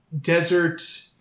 Desert